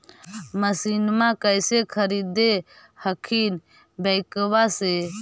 मसिनमा कैसे खरीदे हखिन बैंकबा से?